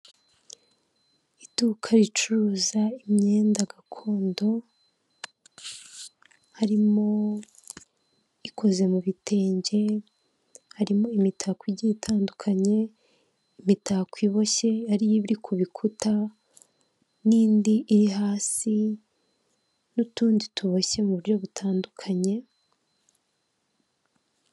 Iduka ricuruza imyenda gakondo harimo ikoze mu bitenge harimo imitako igiye itandukanye, imitako iboshye ariyo iri ku bikuta n'indi iri hasi n'utundi tuboshye mu buryo butandukanye.